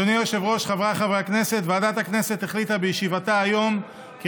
בעד, 28 כולל חבר הכנסת אורבך, נגד, 16. לפיכך,